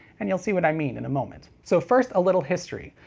and you'll see what i mean in a moment. so first, a little history.